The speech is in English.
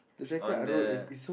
on the